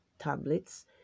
tablets